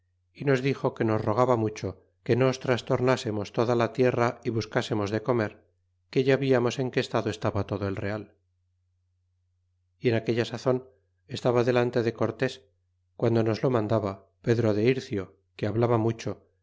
y nos dixo que nos rogaba mucho que nos trastornasemos toda la tierra y buscasemos de comer que ya viamos en qué estado estaba todo el real y en aquella sazon estaba delante de cortés guando nos lo mandaba pedro de ircio que hablaba mucho